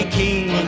king